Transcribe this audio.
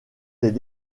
des